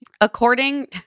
According